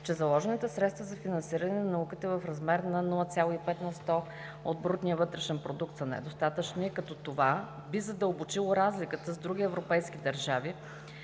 че заложените средства за финансиране на науката в размер 0,5 на сто от брутния вътрешен продукт са недостатъчни, като това би задълбочило разликата с други европейски държави,